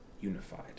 unified